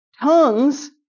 Tongues